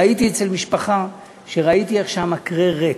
והייתי אצל משפחה וראיתי שהמקרר ריק.